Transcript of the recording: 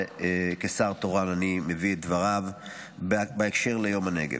וכשר תורן אני מביא את דבריו בהקשר של יום הנגב.